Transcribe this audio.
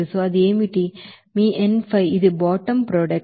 ఇది మీ n5 ఇది బాటమ్ ప్రొడక్ట్